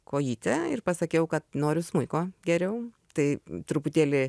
kojyte ir pasakiau kad noriu smuiko geriau tai truputėlį